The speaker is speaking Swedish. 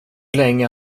länge